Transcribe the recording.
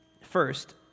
First